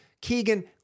Keegan